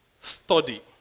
Study